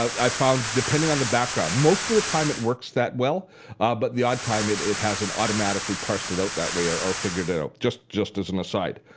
i found depending on the background, most of the time it works that well but the odd time it it hasn't automatically parsed it out that way or or figured it out just just as an aside.